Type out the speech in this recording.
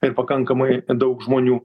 ir pakankamai daug žmonių